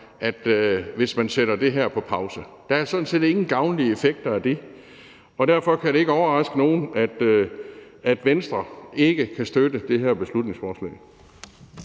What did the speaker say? hvis man sætter det her på pause. Der er sådan set ingen gavnlig effekt af det. Og derfor kan det ikke overraske nogen, at Venstre ikke kan støtte det her beslutningsforslag.